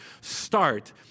start